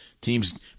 Teams